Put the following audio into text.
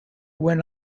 went